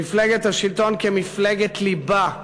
מפלגת השלטון, כמפלגת ליבה,